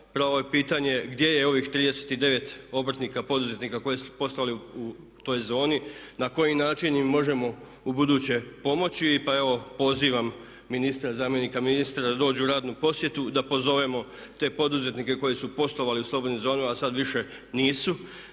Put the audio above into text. Pravo je pitanje gdje je ovih 39 obrtnika, poduzetnika koji su poslovali u toj zoni, na koji način im možemo u buduće pomoći. Pa evo pozivam ministra, zamjenika ministra da dođu u radnu posjetu da pozovemo te poduzetnike koji su poslovali u slobodnim zonama a sada više nisu